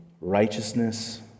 righteousness